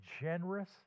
generous